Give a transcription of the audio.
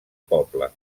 poble